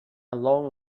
long